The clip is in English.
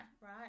Right